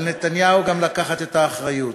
על נתניהו גם לקחת את האחריות.